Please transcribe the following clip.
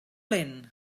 lent